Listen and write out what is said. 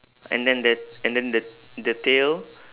and then the and then the the tail